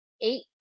eight